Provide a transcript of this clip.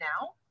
now